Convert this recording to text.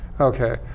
Okay